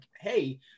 hey